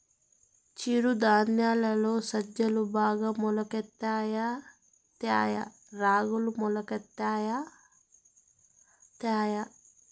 చిరు ధాన్యాలలో సజ్జలు బాగా మొలకెత్తుతాయా తాయా రాగులు మొలకెత్తుతాయా